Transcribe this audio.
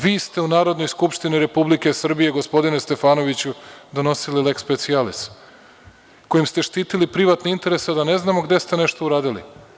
Vi ste u Narodnoj skupštini Republike Srbije, gospodine Stefanoviću donosili „leks specialis“, kojim ste štitili privatne interese da ne znamo gde ste nešto uradili.